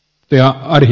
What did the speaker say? arvoisa puhemies